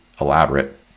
elaborate